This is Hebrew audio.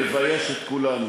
מבייש את כולנו.